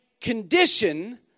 condition